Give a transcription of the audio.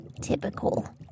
Typical